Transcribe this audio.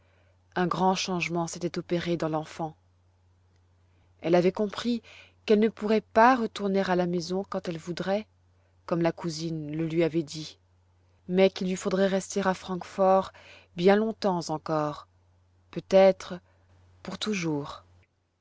un grand changement s'était opéré dans l'enfant elle avait compris qu'elle ne pourrait pas retourner à la maison quand elle voudrait comme la cousine le lui avait dit mais qu'il lui faudrait rester à francfort bien longtemps encore peut-être pour toujours